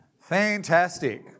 Fantastic